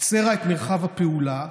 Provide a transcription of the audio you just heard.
הצרה את מרחב הפעולה,